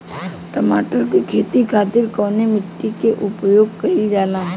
टमाटर क खेती खातिर कवने मिट्टी के उपयोग कइलजाला?